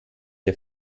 der